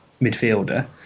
midfielder